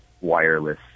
Wireless